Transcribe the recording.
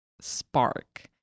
spark